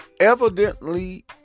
evidently